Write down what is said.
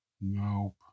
Nope